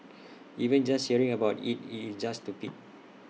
even just hearing about IT is just to pit